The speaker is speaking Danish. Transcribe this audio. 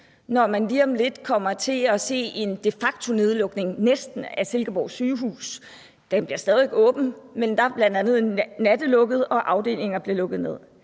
når man lige om lidt kommer til næsten at se en de facto-nedlukning af Silkeborg Sygehus. Der er stadig åbent, men der er bl.a. natlukket, og afdelinger bliver lukket ned.